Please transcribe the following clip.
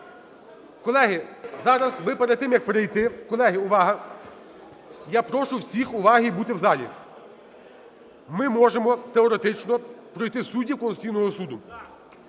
Колеги, зараз ми перед тим, як перейти… Колеги, увага, я прошу всіх уваги, бути в залі. Ми можемо теоретично пройти суддів Конституційного Суду.